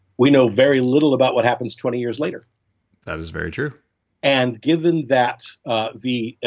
we know very little about what happens twenty years later that is very true and given that ah the,